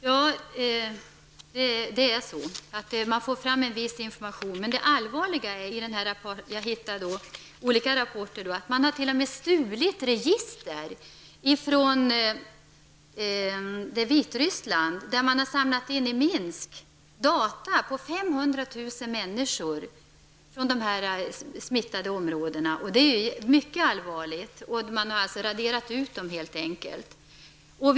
Herr talman! Ja, det är så. Man får fram viss information. Men det allvarliga som jag har hittat i olika rapporter är att man t.o.m. har stulit register. Vitryssland. Det är mycket allvarligt. Man har helt enkelt raderat ut uppgifterna.